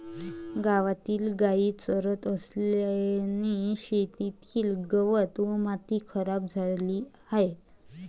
गावातील गायी चरत असल्याने शेतातील गवत व माती खराब झाली आहे